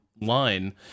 line